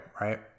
right